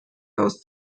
aus